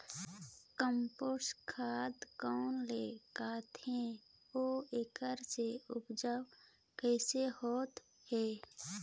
Compost खाद कौन ल कहिथे अउ एखर से उपजाऊ कैसन होत हे?